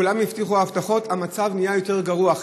כולם הבטיחו הבטחות, המצב נהיה יותר גרוע.